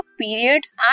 periods